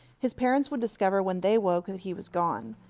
his parents would discover, when they woke, that he was gone.